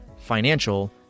financial